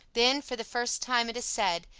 then for the first time, it is said,